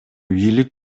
бийлик